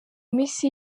minsi